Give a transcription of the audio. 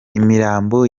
imirambo